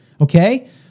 okay